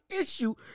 issue